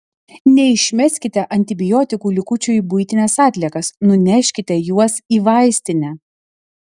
neišmeskite antibiotikų likučių į buitines atliekas nuneškite juos į vaistinę